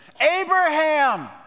Abraham